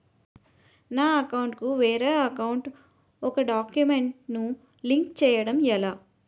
నా అకౌంట్ కు వేరే అకౌంట్ ఒక గడాక్యుమెంట్స్ ను లింక్ చేయడం ఎలా?